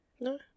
no